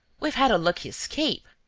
we've had a lucky escape!